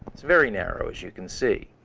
it's very narrow, as you can see.